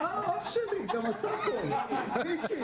אה, אח שלי, גם אתה פה, מיקי.